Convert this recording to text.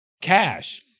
cash